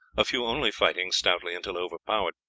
a few only fighting stoutly until overpowered.